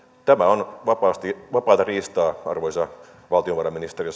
tämä on vapaata riistaa arvoisa valtiovarainministeri